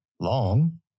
long